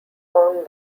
found